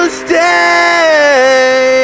stay